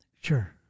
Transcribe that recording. Sure